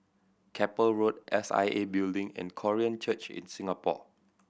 Keppel Road S I A Building and Korean Church in Singapore